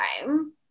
time